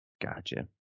Gotcha